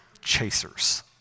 chasers